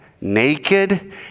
naked